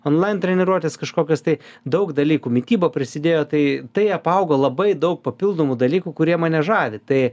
onlain treniruotės kažkokios tai daug dalykų mityba prisidėjo tai tai apaugo labai daug papildomų dalykų kurie mane žavi tai